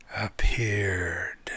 appeared